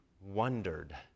wondered